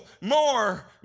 more